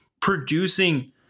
producing